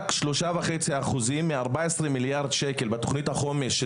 רק 3.5% מתוך 14 מיליארד שקל של תוכנית החומש של